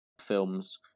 films